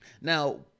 now